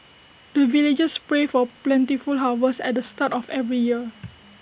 the villagers pray for plentiful harvest at the start of every year